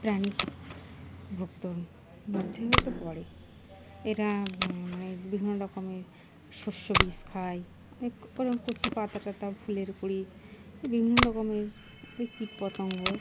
প্রাণী ভক্ত মধ্যে হয়তো পড়ে এরা মানে বিভিন্ন রকমের শস্য বিজ খায় ওরকম কচি পাতা টাতা ফুলের কুঁড়ি বিভিন্ন রকমের এই কীট পতঙ্গ